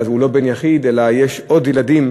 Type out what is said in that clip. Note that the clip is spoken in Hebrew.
הוא לא בן יחיד אלא יש עוד ילדים,